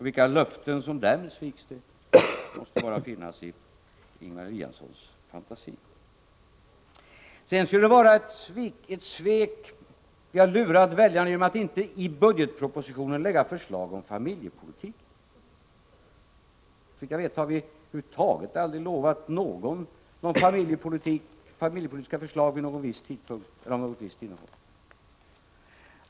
De löften som därmed sviks måste finnas bara i Ingemar Eliassons fantasi. För det tredje skulle vi ha lurat väljarna genom att i budgetpropositionen inte framlägga några förslag på familjepolitikens område. Såvitt jag vet har vi över huvud taget inte lovat några familjepolitiska förslag vid någon viss tidpunkt eller av något visst innehåll.